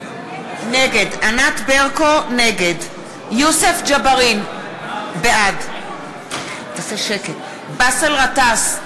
נגד יוסף ג'בארין, בעד באסל גטאס,